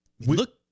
look